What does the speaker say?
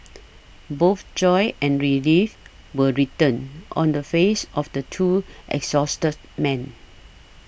both joy and relief were written on the faces of the two exhausted men